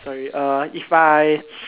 sorry uh if I